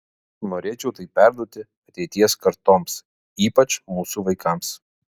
norėčiau tai perduoti ateities kartoms ypač mūsų vaikams